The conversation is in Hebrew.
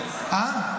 אדוני השר?